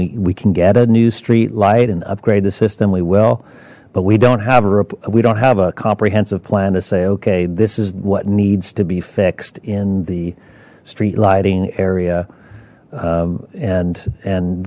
we we can get a new streetlight and upgrade the system we will but we don't have a rope we don't have a comprehensive plan to say okay this is what needs to be fixed in the street lighting area and and